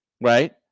right